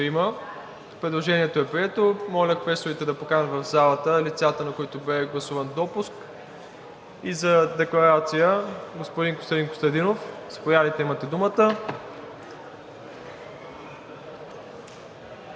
Предложението е прието. Моля квесторите да поканят в залата лицата, на които бе гласуван допуск. За декларация – господин Костадин Костадинов. Заповядайте, имате думата.